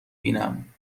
بینم